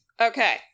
Okay